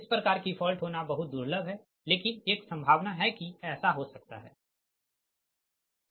इस प्रकार की फॉल्ट होना बहुत दुर्लभ है लेकिन एक संभावना है की ऐसा हो सकता है ठीक